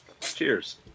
cheers